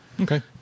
Okay